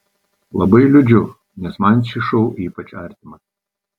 labai liūdžiu nes man šis šou ypač artimas